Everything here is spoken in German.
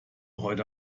heute